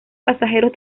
pasajeros